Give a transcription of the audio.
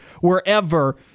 wherever